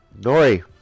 Nori